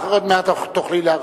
עוד מעט תוכלי להרחיב.